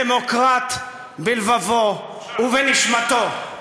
דמוקרט בלבבו ובנשמתו.